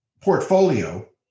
portfolio